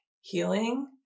healing